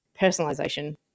Personalization